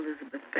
Elizabeth